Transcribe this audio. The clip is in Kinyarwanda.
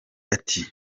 ati